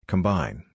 Combine